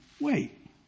wait